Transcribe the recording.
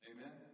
Amen